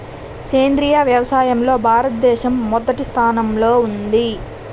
సేంద్రీయ వ్యవసాయంలో భారతదేశం మొదటి స్థానంలో ఉంది